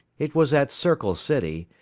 it was at circle city,